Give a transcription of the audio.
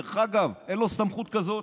דרך אגב, אין לו סמכות כזאת.